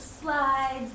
slides